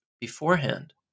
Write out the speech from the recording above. beforehand